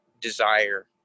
desire